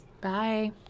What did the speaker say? Bye